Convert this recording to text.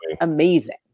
amazing